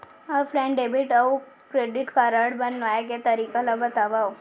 Offline debit अऊ credit card बनवाए के तरीका ल बतावव?